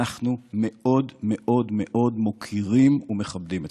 מאוד מאוד מאוד מוקירים ומכבדים אתכם.